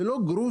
זה לא גרושים,